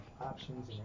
options